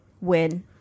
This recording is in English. win